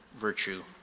virtue